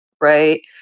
right